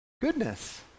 Goodness